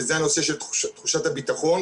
וזה הנושא של תחושת הביטחון,